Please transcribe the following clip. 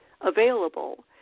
available